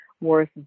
worth